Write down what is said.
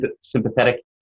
sympathetic